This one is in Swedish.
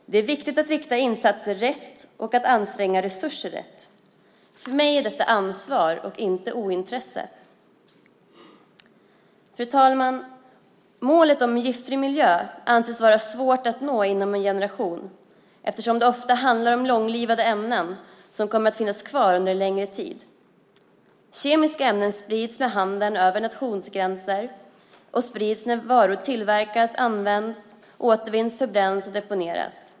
Det är viktigt att rikta insatser rätt och att anstränga resurser rätt. För mig är detta ansvar och inte ointresse. Fru talman! Målet om en giftfri miljö anses vara svårt att nå inom en generation eftersom det ofta handlar om långlivade ämnen som kommer att finnas kvar under en längre tid. Kemiska ämnen sprids med handeln över nationsgränser och sprids när varor tillverkas, används, återvinns, förbränns och deponeras.